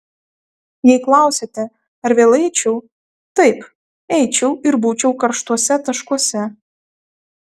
jei klausiate ar vėl eičiau taip eičiau ir būčiau karštuose taškuose